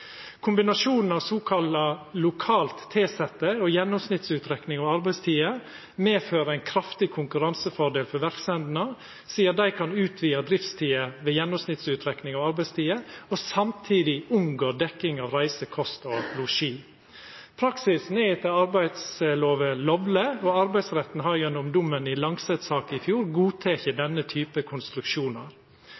Kombinasjonen av såkalla lokalt tilsette og gjennomsnittsutrekning av arbeidstida medfører ein kraftig konkurransefordel for verksemdene, sidan dei kan utvida driftstida ved gjennomsnittsutrekning av arbeidstida og samtidig unngå dekking av reise, kost og losji. Praksisen er etter arbeidsmiljølova lovleg, og Arbeidsretten har gjennom dommen i Langset-saka i fjor godteke